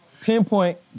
pinpoint